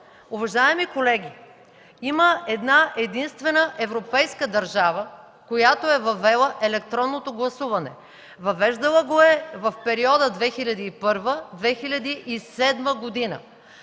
Уважаеми колеги, има една-единствена европейска държава, която е въвела електронното гласуване – въвеждала го е в периода 2001-2007 г.